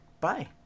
Bye